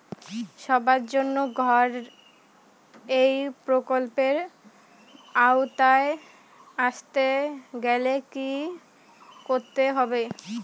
সবার জন্য ঘর এই প্রকল্পের আওতায় আসতে গেলে কি করতে হবে?